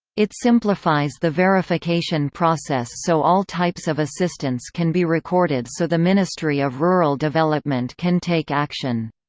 it simplifies the verification process so all types of assistance can be recorded so the ministry of rural development can take action.